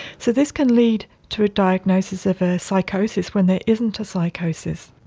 so this can lead to a diagnosis of a psychosis when there isn't a psychosis.